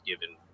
given